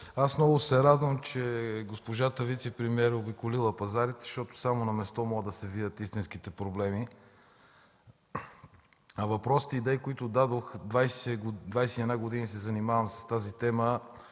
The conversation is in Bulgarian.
Аз много се радвам, че госпожата вицепремиер е обиколила пазарите, защото само на място могат да се видят истинските проблеми. Въпросите идеи, които дадох, 21 години се занимавам с тази тема,